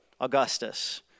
Augustus